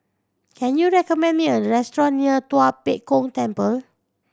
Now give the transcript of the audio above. can you recommend me a restaurant near Tua Pek Kong Temple